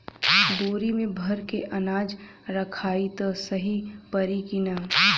बोरी में भर के अनाज रखायी त सही परी की ना?